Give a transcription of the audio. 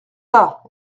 pas